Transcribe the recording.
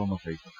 Thomas Isaac